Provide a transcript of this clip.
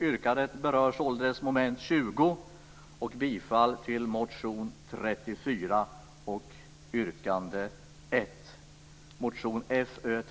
Yrkandet berör således mom. 20 och bifall till motion Fö34 yrkande 1.